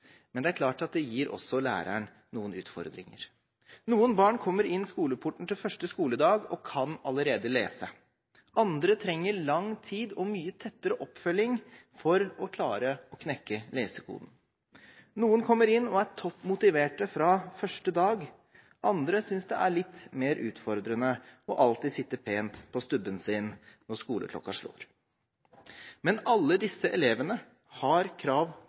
men det er klart at det også gir læreren noen utfordringer. Noen barn kommer inn skoleporten til første skoledag og kan allerede lese. Andre trenger lang tid og mye tettere oppfølging for å klare å knekke lesekoden. Noen kommer inn og er topp motiverte fra første dag, andre synes det er litt mer utfordrende alltid å sitte pent på stubben sin når skoleklokka slår. Men alle disse elevene har krav